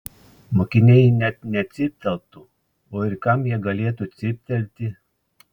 mokiniai net necypteltų o ir kam jie galėtų cyptelti